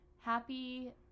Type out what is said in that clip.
happy